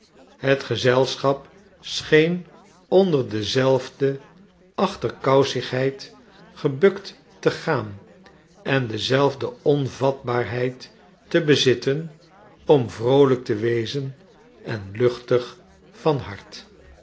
het gezelschap scheen onder dezelfde achterkousigheid gebukt te gaan en dezelfde onvatbaarheid te bezitten om vroolyk te wezen en luchtig van hart